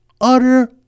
utter